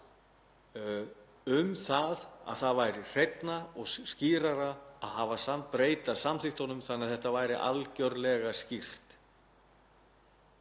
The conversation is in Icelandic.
um að það væri hreinna og skýrara að breyta samþykktunum þannig að þetta væri algerlega skýrt.